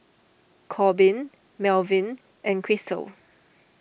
Korbin Melvyn and Krystle